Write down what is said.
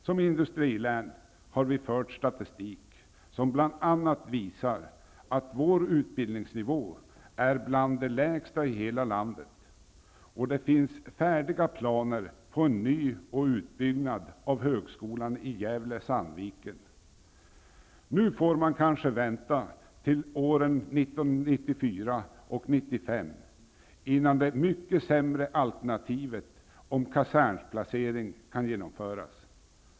Som industrilän har vi fört statistik som bl.a. visar att vår utbildningsnivå är bland de lägsta i hela landet. Det finns färdiga planer på en ny och utbyggnad av högskolan i Gävle/Sandviken. Nu får man kanske vänta till år 1994 och 1995 innan det mycket sämre alternativet för kasernsplacering kan genomföras.